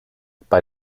bei